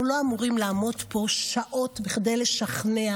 אנחנו לא אמורים לעמוד פה שעות כדי לשכנע